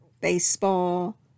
baseball